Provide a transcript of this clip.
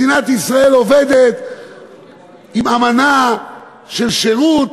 מדינת ישראל עובדת עם אמנה של שירות,